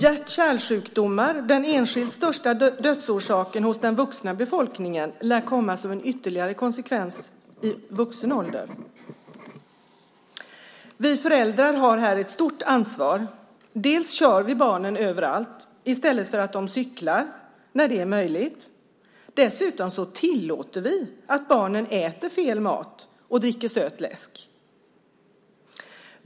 Hjärt-kärlsjukdomar, den enskilt största dödsorsaken bland den vuxna befolkningen, lär komma som en ytterligare konsekvens i vuxen ålder. Vi föräldrar har här ett stort ansvar. Till att börja med kör vi barnen överallt i stället för att de cyklar när det är möjligt. Dessutom tillåter vi att barnen äter fel mat och dricker söt läsk.